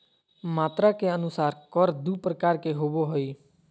मात्रा के अनुसार कर दू प्रकार के होबो हइ